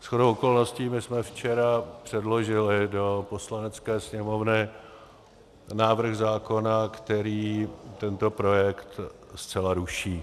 Shodou okolností my jsme včera předložili do Poslanecké sněmovny návrh zákona, který tento projekt zcela ruší.